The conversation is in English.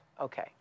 Okay